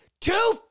Two